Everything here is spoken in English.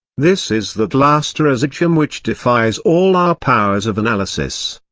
this is that last residuum which defies all our powers of analysis.